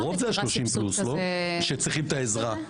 רוב המכינות הן 30 פלוס שצריכים את העזרה.